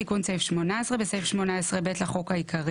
תיקון סעיף 18 4. בסעיף 18(ב) לחוק העיקרי